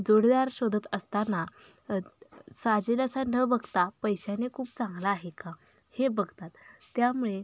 जोडीदार शोधत असताना साजेल असा न बघता पैशाने खूप चांगला आहे का हे बघतात त्यामुळे